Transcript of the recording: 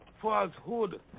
falsehood